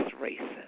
racing